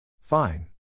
Fine